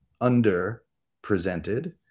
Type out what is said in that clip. under-presented